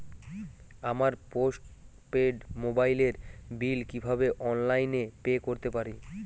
আমার post paid মোবাইলের bill কীভাবে অনলাইনে পে করতে পারি?